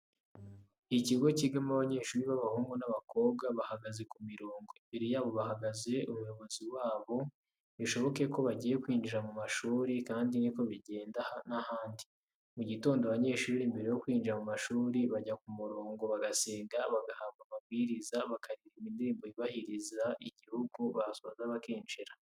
Ikigo cyigamo abanyeshuri b'abahungu n'abakobwa bahagaze ku mirongo, imbere yabo hahagaze umuyobozi wabo bishoboke ko bagiye kwinjira mu mashuri kandi ni ko bigenda n'ahandi. Mu gitondo abanyeshuri mbere yo kwinjira mu mashuri bajya ku murongo bagasenga, bagahabwa amabwiriza, bakaririmba indirimbo yubahiriza igihugu basoza bakinjira.